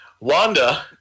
Wanda